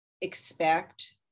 expect